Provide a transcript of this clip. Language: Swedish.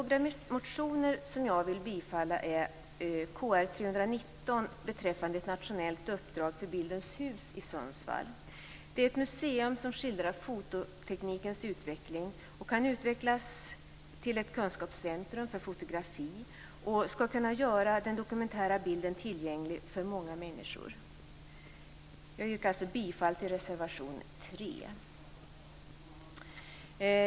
En motion som jag vill yrka bifall till är Kr319 beträffande ett nationellt uppdrag för Bildens Hus i Sundsvall. Det är ett museum som skildrar fototeknikens utveckling. Det kan utvecklas till ett kunskapscentrum för fotografi och ska kunna göra den dokumentära bilden tillgänglig för många människor. Jag yrkar alltså bifall till reservation 3.